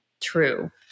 true